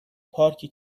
پارکی